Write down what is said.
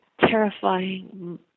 terrifying